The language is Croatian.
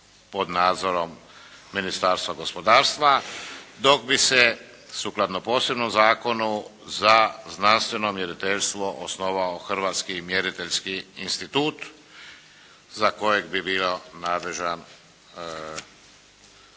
pod nadzorom Ministarstva gospodarstva, dok bi se sukladno posebnom zakonu za znanstveno mjeriteljstvo osnovao Hrvatski mjeriteljski institut za kojeg bi bio nadležno